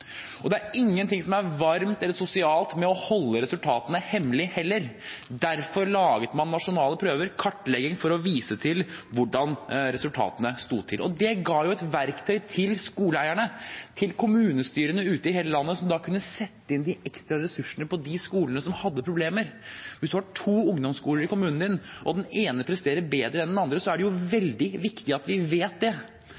skolen. Det er ingen ting som er varmt eller sosialt med å holde resultatene hemmelig, heller. Derfor laget man nasjonale prøver – en kartlegging for å vise hvordan det sto til. Det ga et verktøy til skoleeierne, til kommunestyrene ute i hele landet, som da kunne sette inn de ekstra ressursene på de skolene som hadde problemer. Hvis man har to ungdomsskoler i kommunen sin og den ene presterer bedre enn den andre, er det jo